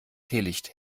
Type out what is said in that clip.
teelicht